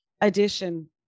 addition